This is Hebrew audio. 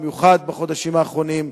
במיוחד בחודשים האחרונים,